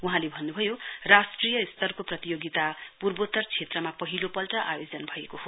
वहाँले भन्नुभयो राष्ट्रिय स्तरको प्रतियोगिता पूर्वोत्तर क्षेत्रमा पहिलोपल्ट आयोजन भएको हो